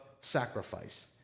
sacrifice